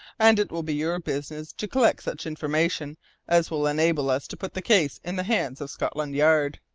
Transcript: and it will be your business to collect such information as will enable us to put the case in the hands of scotland yard.